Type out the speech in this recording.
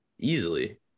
Easily